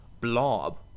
blob